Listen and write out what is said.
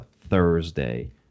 Thursday